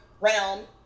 realm